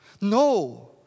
No